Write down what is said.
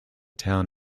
town